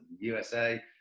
USA